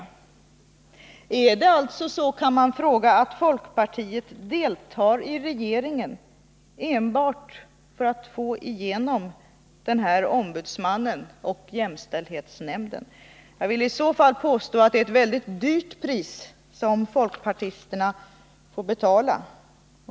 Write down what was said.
— Jan kvinnor och män i arbetslivet, Är det så, kan man fråga, att folkpartiet deltar i regeringen enbart för att få igenom ett beslut om den här ombudsmannen och jämställdhetsnämnden? Jag vill i så fall påstå att det är ett väldigt högt pris som folkpartisterna får betala.